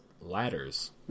ladders